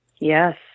Yes